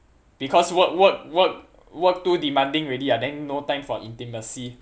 because work work work work too demanding already ah then no time for intimacy